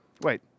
Wait